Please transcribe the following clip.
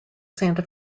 santa